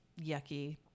yucky